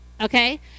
okay